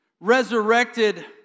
resurrected